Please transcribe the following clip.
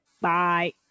Bye